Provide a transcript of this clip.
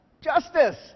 Justice